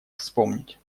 вспомнить